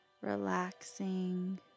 Relaxing